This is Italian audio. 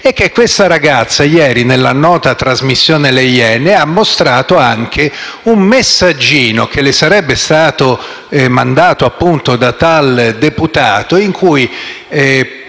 è che questa ragazza, nella nota trasmissione «Le Iene», ha mostrato anche un messaggino che le sarebbe stato mandato, appunto, da tale deputato, in cui,